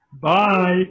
Bye